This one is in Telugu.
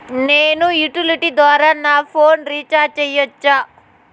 నేను యుటిలిటీ ద్వారా నా ఫోను రీచార్జి సేయొచ్చా?